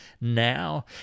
now